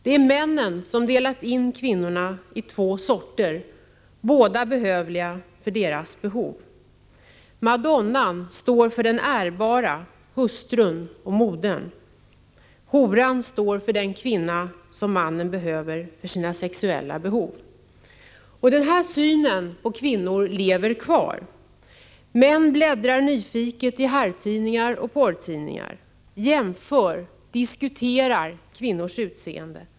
Det är männen som delat in kvinnorna i två kategorier, båda behövliga för deras behov. Madonnan står för den ärbara, hustrun och modern. Horan står för den kvinna som mannen behöver för sina sexuella behov. Den här synen på kvinnorna lever kvar. Män bläddrar nyfiket i herrtidningarna och porrtidningarna, jämför och diskuterar kvinnors utseende.